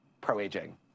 pro-aging